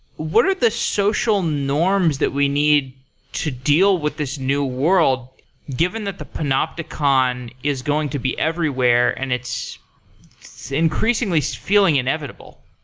what are the social norms that we need to deal with this new world given that the panopticon is going to be everywhere and it's increasingly feeling inevitable?